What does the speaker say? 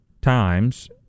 times